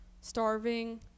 starving